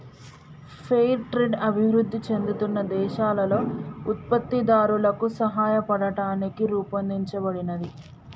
fair trade అభివృద్ధి చెందుతున్న దేశాలలో ఉత్పత్తిదారులకు సాయపడటానికి రూపొందించబడినది